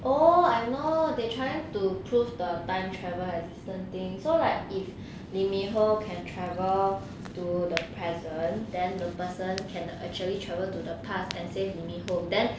oh I know they trying to prove the time travel existence thing so like if lee min ho can travel to the present then the person can actually travel to the past and saved lee min ho then